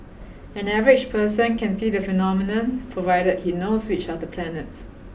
an average person can see the phenomenon provided he knows which are the planets